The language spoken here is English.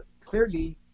clearly